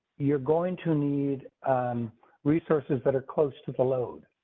you're going to need um resources that are close to the load.